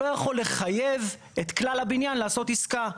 לא יכול לחייב את כלל הבניין לעשות עסקה.